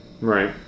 right